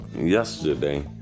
yesterday